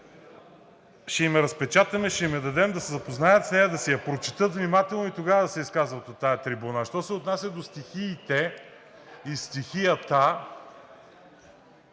ще им я разпечатаме, ще им я дадем, да се запознаят с нея, да си я прочетат внимателно и тогава да се изказват от тази трибуна. А що се отнася до стихиите и стихията,